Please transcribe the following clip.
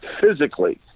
physically